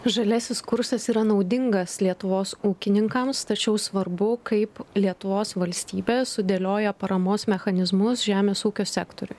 žaliasis kursas yra naudingas lietuvos ūkininkams tačiau svarbu kaip lietuvos valstybė sudėlioja paramos mechanizmus žemės ūkio sektoriui